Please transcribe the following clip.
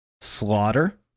Slaughter